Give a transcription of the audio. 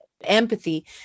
empathy